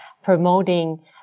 promoting